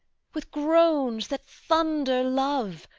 with groans that thunder love,